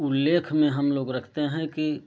उल्लेख में हम लोग रखते हैं कि